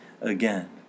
again